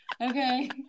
Okay